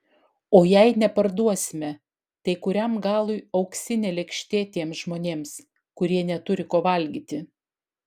o jei neparduosime tai kuriam galui auksinė lėkštė tiems žmonėms kurie neturi ko valgyti